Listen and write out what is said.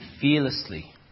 fearlessly